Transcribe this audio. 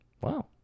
Wow